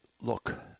look –